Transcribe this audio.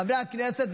חברי הכנסת,